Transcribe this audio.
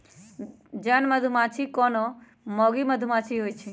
जन मधूमाछि कोनो मौगि मधुमाछि होइ छइ